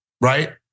right